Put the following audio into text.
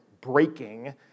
breaking